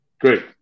Great